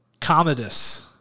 Commodus